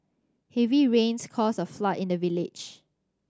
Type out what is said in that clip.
heavy rains caused a flood in the village